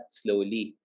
slowly